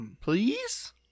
please